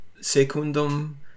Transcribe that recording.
secundum